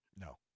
No